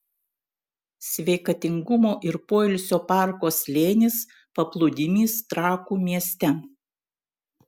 sveikatingumo ir poilsio parko slėnis paplūdimys trakų mieste